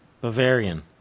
Bavarian